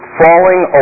falling